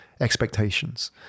expectations